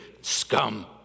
scum